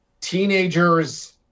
teenagers